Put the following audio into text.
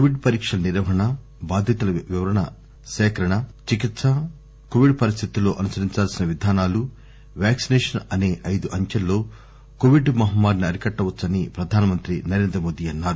Covid పరీక్షల నిర్వహణ బాధితుల వివరాల సేకరణ చికిత్ప కోవిడ్ పరిస్థితుల్లో అనుసరించాల్పిన విధానాలు వ్యాక్సినేషన్ అనే ఐదు అంచెల్లో కోవిడ్ మహమ్మారిని అరికట్ట వచ్చని ప్రధానమంత్రి నరేంద్ర మోదీ అన్నారు